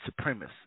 supremacists